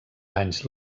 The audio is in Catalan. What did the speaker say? anys